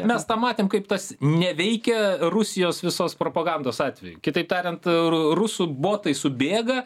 mes tą matėm kaip tas neveikia rusijos visos propagandos atveju kitaip tariant ru rusų botai subėga